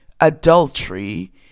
adultery